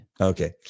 Okay